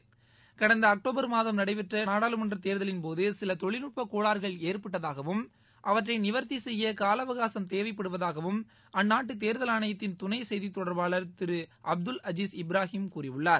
ஷடந்த October மாதம் நடைபெற்ற நாடாளுமன்றத் தேர்தலின்போது சில தொழில்நட்ப கோளாறுகள் ஏற்பட்டதாகவும் அவற்றை நிவர்த்தி செய்ய கால அவகாசம் தேவைப்படுவதாகவும் அந்நாட்டு தேர்தல் ஆணையத்தின் துணை செய்தி தொடர்பாளர் திரு அப்துல் அஜிஸ் இப்ராஹிமி கூழியுள்ளார்